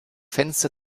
fenster